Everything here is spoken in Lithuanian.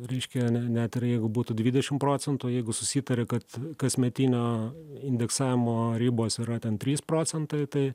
reiškia ne net ir jeigu būtų dvidešim procentų jeigu susitari kad kasmetinio indeksavimo ribos yra ten trys procentai tai